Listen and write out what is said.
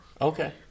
Okay